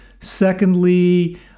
Secondly